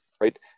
Right